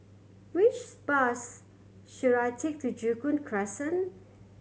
which bus should I take to Joo Koon Crescent